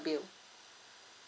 bill